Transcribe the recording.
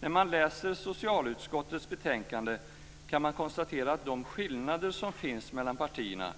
När man läser socialutskottets betänkande kan man konstatera att de skillnader som finns mellan partierna